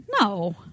No